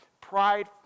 pride